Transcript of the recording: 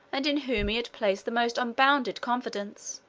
and in whom he had placed the most unbounded confidence,